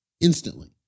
instantly